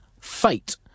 fate